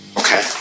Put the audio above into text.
Okay